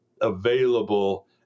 available